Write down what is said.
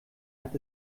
hat